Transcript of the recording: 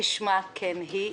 כשמה כן היא,